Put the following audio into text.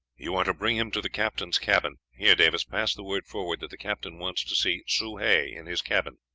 you are to bring him to the captain's cabin. here, davis, pass the word forward that the captain wants to see soh hay in his cabin.